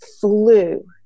flew